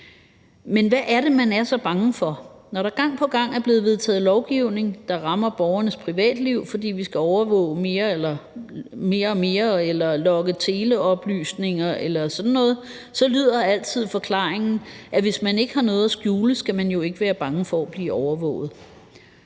Men hvad er det, man er så bange for? Når der gang på gang er blevet vedtaget lovgivning, der rammer borgernes privatliv, fordi vi skal overvåge mere og mere eller logge teleoplysninger eller sådan noget, så lyder forklaringen altid, at hvis man ikke har noget at skjule, skal man jo ikke være bange for at blive overvåget.